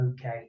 okay